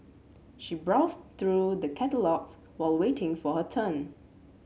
she browsed through the catalogues while waiting for her turn